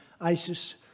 ISIS